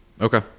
Okay